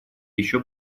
еще